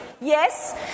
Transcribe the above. Yes